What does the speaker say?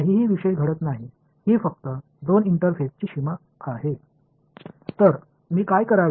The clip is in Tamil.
இதில் விசேஷமாக எதுவும் நடக்கவில்லை இது இரண்டு இன்டெர்ஃபேஸ் இடையிலான ஒரு எல்லை மட்டுமே